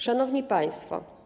Szanowni Państwo!